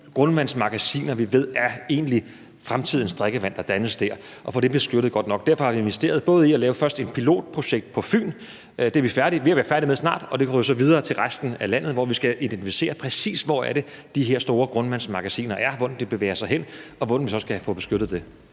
grundvandsmagasiner, hvor vi ved fremtidens drikkevand dannes, godt nok. Derfor har vi investeret i først at lave et pilotprojekt på Fyn – det er vi snart ved at være færdige med – og derefter går vi så videre til resten af landet, hvor vi skal identificere præcis, hvor det er, de her store grundvandsmagasiner er, og hvordan det bevæger sig, og hvordan vi så skal få beskyttet det.